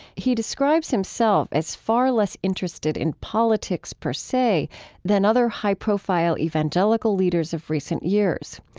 he describes himself as far less interested in politics per se than other high-profile evangelical leaders of recent years.